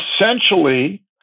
essentially